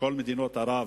מכל מדינות ערב,